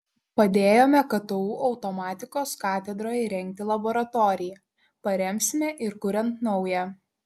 padėjome ktu automatikos katedroje įrengti laboratoriją paremsime ir kuriant naują